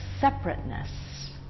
separateness